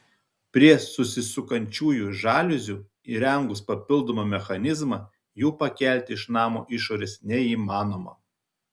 prie susisukančiųjų žaliuzių įrengus papildomą mechanizmą jų pakelti iš namo išorės neįmanoma